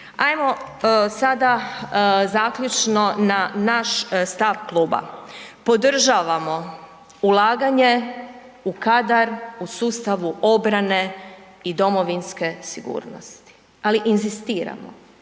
Hajmo sada zaključno na naš stav kluba. Podržavamo ulaganje u kadar u sustavu obrane i domovinske sigurnosti. Ali inzistiramo,